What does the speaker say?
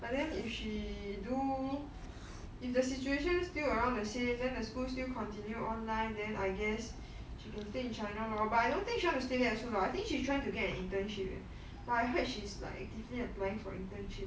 but then if she do if the situation is still around the same then the school still continue online then I guess she stay in china lor but I don't think she want to stay there also lah I think she is trying to get an internship eh I heard she's like actively applying for internship